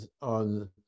on